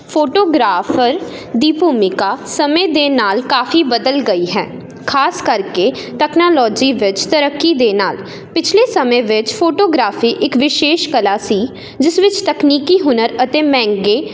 photographer ਦੀ ਭੂਮਿਕਾ ਸਮੇਂ ਦੇ ਨਾਲ ਕਾਫ਼ੀ ਬਦਲ ਗਈ ਹੈ ਖਾਸ ਕਰਕੇ ਤਕਨਾਲੋਜੀ ਵਿੱਚ ਤਰੱਕੀ ਦੇ ਨਾਲ ਪਿਛਲੇ ਸਮੇਂ ਵਿੱਚ ਫੋਟੋਗ੍ਰਾਫੀ ਇੱਕ ਵਿਸ਼ੇਸ਼ ਕਲਾ ਸੀ ਜਿਸ ਵਿੱਚ ਤਕਨੀਕੀ ਹੁਨਰ ਅਤੇ ਮਹਿੰਗੇ